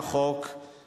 (דיווח על חשבונות המפלגות),